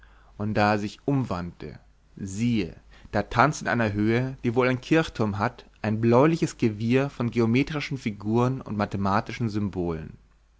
und da er sich umwandte siehe da tanzte in einer höhe die wohl ein kirchturm hat ein bläuliches gewirr von geometrischen figuren und mathematischen symbolen